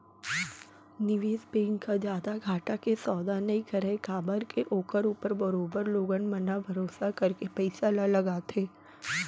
निवेस बेंक ह जादा घाटा के सौदा नई करय काबर के ओखर ऊपर बरोबर लोगन मन ह भरोसा करके पइसा ल लगाथे